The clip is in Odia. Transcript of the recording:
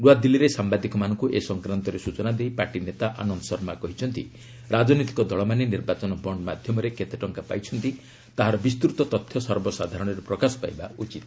ନ୍ତଆଦିଲ୍ଲୀରେ ସାୟାଦିକମାନଙ୍କୁ ଏ ସଂକ୍ରାନ୍ତରେ ସ୍ବଚନା ଦେଇ ପାର୍ଟି ନେତା ଆନନ୍ଦ ଶର୍ମା କହିଛନ୍ତି ରାଜନୈତିକ ଦଳମାନେ ନିର୍ବାଚନ ବଣ୍ଡ୍ ମାଧ୍ୟମରେ କେତେ ଟଙ୍କା ପାଇଛନ୍ତି ତାହାର ବିସ୍ତୃତ ତଥ୍ୟ ସର୍ବସାଧାରଣରେ ପ୍ରକାଶ ପାଇବା ଉଚିତ